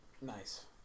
Nice